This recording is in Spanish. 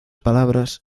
palabras